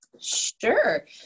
sure